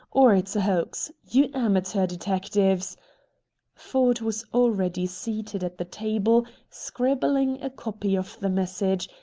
or it's a hoax. you amateur detectives ford was already seated at the table, scribbling a copy of the message,